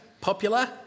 popular